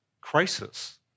crisis